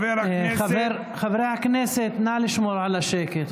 חברי הכנסת, נא לשמור על הכנסת.